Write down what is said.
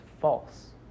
false